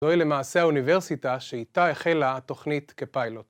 זוהי למעשה האוניברסיטה, שאיתה החלה התוכנית כפיילוט.